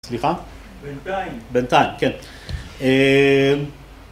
סליחה? בינתיים. בינתיים, כן.